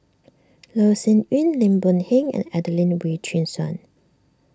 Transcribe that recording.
Loh Sin Yun Lim Boon Heng and Adelene Wee Chin Suan